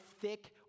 Thick